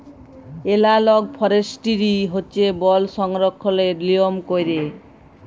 এলালগ forestry হছে বল সংরক্ষলের লিয়ম ক্যইরে